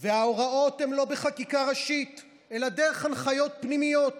וההוראות הן לא בחקיקה ראשית אלא דרך הנחיות פנימיות.